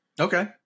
Okay